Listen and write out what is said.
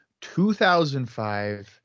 2005